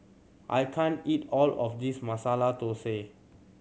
I can't eat all of this Masala Dosa